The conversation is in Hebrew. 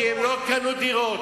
כי הם לא קנו דירות.